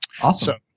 Awesome